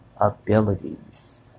abilities